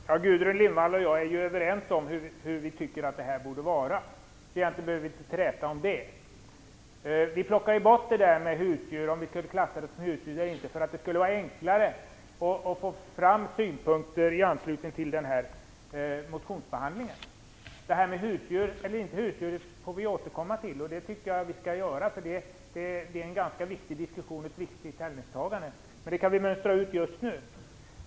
Fru talman! Gudrun Lindvall och jag är överens om hur det borde vara. Egentligen behöver vi inte träta om det. Vi tog bort frågan om bin skulle klassas som husdjur eller inte för att det skulle vara enklare att få fram synpunkter i anslutning till motionsbehandlingen. Frågan om bin skall anses som husdjur eller inte får vi återkomma till. Det tycker jag att vi skall göra. Det är en ganska viktig diskussion och ett viktigt ställningstagande. Men det kan vi mönstra ut just nu.